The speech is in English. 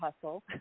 hustle